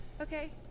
Okay